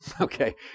okay